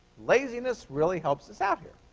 laziness really helps us out here.